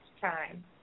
time